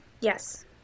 Yes